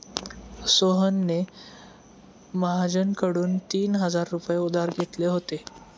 सोहनने महाजनकडून तीन हजार रुपये उधार घेतले होते